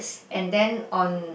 and then on